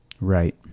Right